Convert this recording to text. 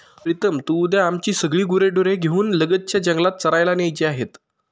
प्रीतम तू उद्या आमची सगळी गुरेढोरे घेऊन लगतच्या जंगलात चरायला न्यायची आहेत